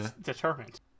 determined